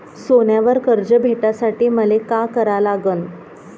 सोन्यावर कर्ज भेटासाठी मले का करा लागन?